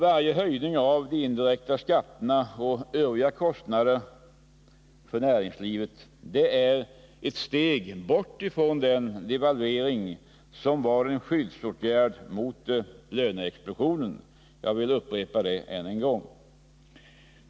Varje höjning av de indirekta skatterna och övriga kostnader för näringslivet är, jag upprepar det, ett steg bort från den devalvering som var en skyddsåtgärd mot löneexplosionen.